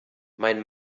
mein